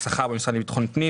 הקניות במשרד לביטחון הפנים